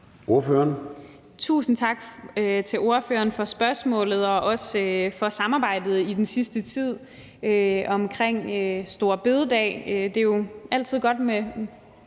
(EL): Tusind tak til ordføreren for spørgsmålet og også for samarbejdet i den seneste tid omkring store bededag. Det er jo altid godt med